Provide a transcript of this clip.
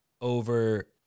over